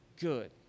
Good